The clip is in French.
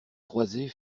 croisées